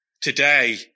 today